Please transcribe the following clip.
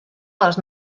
les